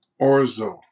orzo